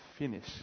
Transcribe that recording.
finish